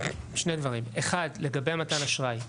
שני דברים, אחד לגבי מתן אשראי.